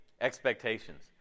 expectations